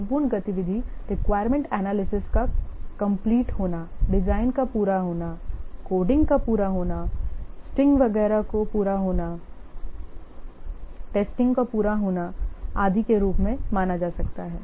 महत्वपूर्ण गतिविधि requirement analysis का कंप्लीट होना डिजाइन का पूरा होना कोडिंग का पूरा होना टेस्टिंग वगैरह को पूरा होना आदि के रूप में माना जा सकता है